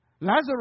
Lazarus